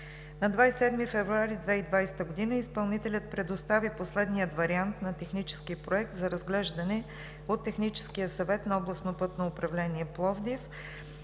На 27 февруари 2020 г. изпълнителят предостави последния вариант на Техническия проект за разглеждане от Техническия съвет на Областно пътно управление – Пловдив.